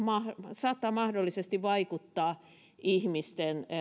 saattaa mahdollisesti vaikuttaa ihmisten